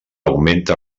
augmenta